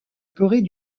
corée